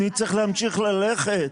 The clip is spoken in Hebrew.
אני צריך להמשיך ללכת.